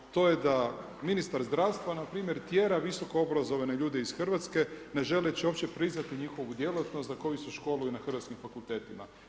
To je da ministar zdravstva npr. tjera visokoobrazovane ljude iz Hrvatske, ne želeći uopće priznati njihovu djelatnost, za koju se školuje na hrvatskim fakultetima.